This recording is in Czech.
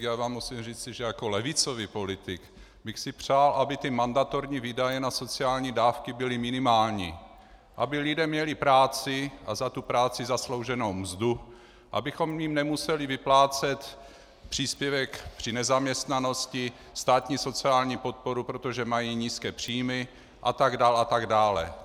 Já vám musím říci, že jako levicový politik bych si přál, aby ty mandatorní výdaje na sociální dávky byly minimální, aby lidé měli práci a za práci zaslouženou mzdu, abychom jim nemuseli vyplácet příspěvek při nezaměstnanosti, státní sociální podporu, protože mají nízké příjmy atd. atd.